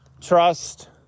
Trust